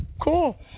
Cool